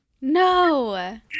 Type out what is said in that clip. No